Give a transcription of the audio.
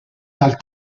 dal